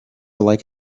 like